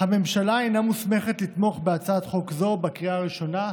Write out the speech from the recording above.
הממשלה אינה מוסמכת לתמוך בהצעת חוק זו בקריאה ראשונה,